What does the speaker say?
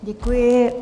Děkuji.